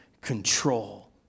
control